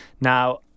Now